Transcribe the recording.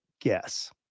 guess